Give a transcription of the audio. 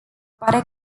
pare